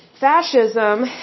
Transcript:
Fascism